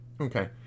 Okay